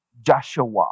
Joshua